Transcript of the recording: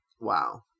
Wow